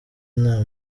nta